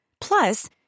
Plus